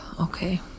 okay